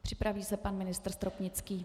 Připraví se pan ministr Stropnický.